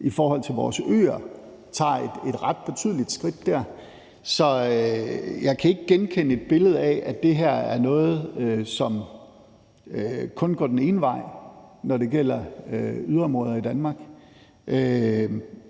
i forhold til vores øer tager et ret betydeligt skridt. Så jeg kan ikke genkende et billede af, at det her er noget, som kun går den ene vej, når det gælder yderområderne i Danmark,